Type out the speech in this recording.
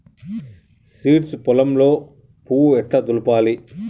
Seeds పొలంలో పువ్వు ఎట్లా దులపాలి?